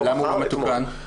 למה הוא לא מתוקן?